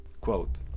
quote